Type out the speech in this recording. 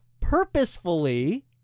purposefully